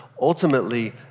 ultimately